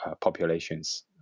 populations